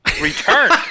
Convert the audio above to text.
Return